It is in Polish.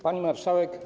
Pani Marszałek!